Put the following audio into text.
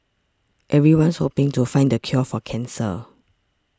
everyone's hoping to find the cure for cancer